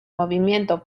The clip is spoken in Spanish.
movimiento